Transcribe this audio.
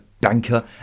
banker